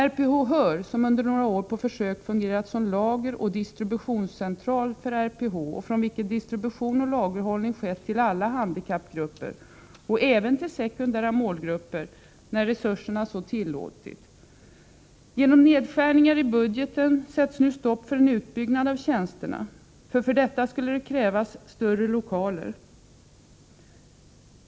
RPH-HÖR har under några år på försök fungerat som lager och distributionscentral för RPH och har haft hand om distribution och lagerhållning åt alla handikappgrupper, även — där resurserna så tillåtit — åt sekundära målgrupper. Genom nedskärningar i budgeten sätts nu stopp för en utbyggnad av tjänsterna — för detta skulle det krävas större lokaler.